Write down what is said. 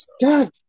God